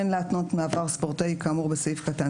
אין להתנות מעבר ספורטאי כאמור בסעיף קטן